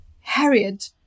harriet